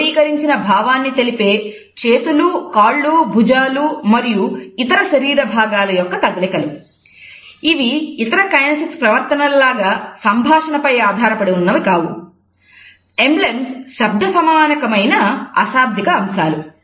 kinesics శబ్ద సమానమైన అశాబ్దిక అంశాలు